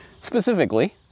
Specifically